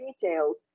details